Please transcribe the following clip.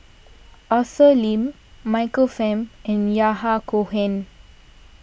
Arthur Lim Michael Fam and Yahya Cohen